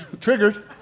Triggered